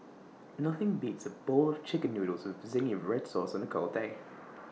nothing beats A bowl Chicken Noodles with Zingy Red Sauce on A cold day